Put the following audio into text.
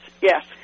yes